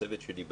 הצוות שלי בדק.